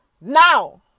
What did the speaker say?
now